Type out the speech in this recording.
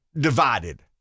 divided